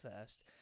first